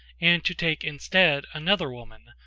and to take, instead, another woman,